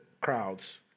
crowds